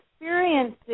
experiences